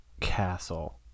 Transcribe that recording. castle